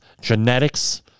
genetics